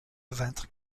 vingt